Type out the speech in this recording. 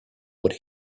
what